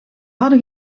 hadden